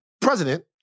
president